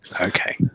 Okay